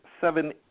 seven